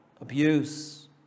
abuse